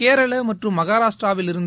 கேரளமற்றும் மகாராஷ்டிராவிலிருந்து